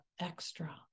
extra